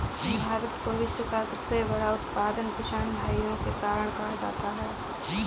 भारत को विश्व का सबसे बड़ा उत्पादक किसान भाइयों के कारण कहा जाता है